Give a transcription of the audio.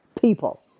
people